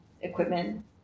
equipment